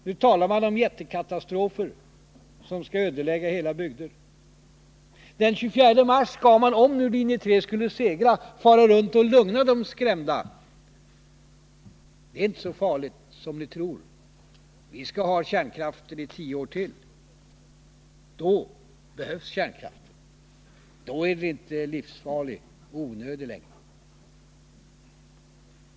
Nu talar man om jättekatastrofer som skulle ödelägga hela bygder. Den 24 mars skall man, om nu linje 3 skulle segra, fara runt och lugna de skrämda: Det är inte så farligt som ni tror, vi skall ha kärnkraft i tio år till. Då behövs kärnkraften. Då är den inte livsfarlig och onödig längre.